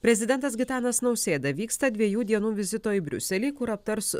prezidentas gitanas nausėda vyksta dviejų dienų vizito į briuselį kur aptars